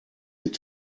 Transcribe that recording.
mit